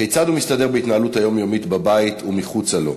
כיצד הוא מסתדר בהתנהלות היומיומית בבית ומחוצה לו,